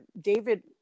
David